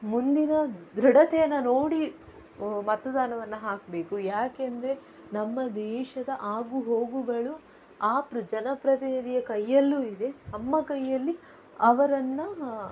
ಮುಂದಿನ ದೃಢತೆಯನ್ನು ನೋಡಿ ಮತದಾನವನ್ನು ಹಾಕಬೇಕು ಯಾಕೆ ಅಂದರೆ ನಮ್ಮ ದೇಶದ ಆಗು ಹೋಗುಗಳು ಆ ಪ್ರ ಜನ ಪ್ರತಿನಿಧಿಯ ಕೈಯ್ಯಲ್ಲೂ ಇದೆ ನಮ್ಮ ಕೈಯ್ಯಲ್ಲಿ ಅವರನ್ನು